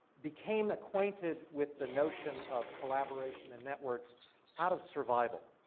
became acquainted with the notion of collaboration and networks out of survival.